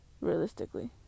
realistically